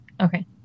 Okay